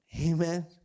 Amen